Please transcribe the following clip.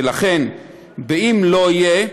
ולכן אם לא יהיה,